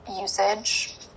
usage